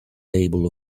table